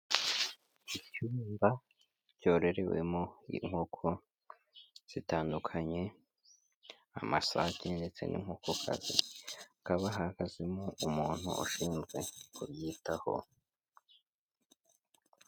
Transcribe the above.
Icyumba cyororewemo inkoko zitandukanye, amasake ndetse n'inkoko kazi, hakaba hahagazemo umuntu ushinzwe kubyitaho.